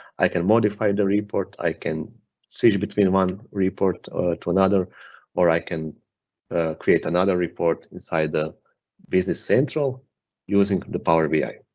i can modify the report, i can switch between one report to another or i can create another report inside the business central using the power bi.